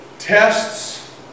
Tests